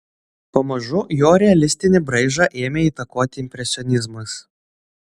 pamažu jo realistinį braižą ėmė įtakoti impresionizmas